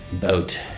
boat